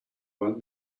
one